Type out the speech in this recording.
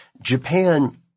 Japan